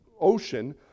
ocean